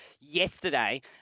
yesterday